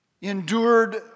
endured